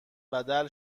بدل